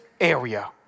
area